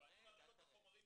והוא רואה את החומרים